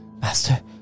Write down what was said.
Master